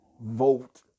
vote